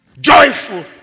joyful